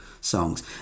songs